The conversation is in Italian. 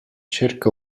cerca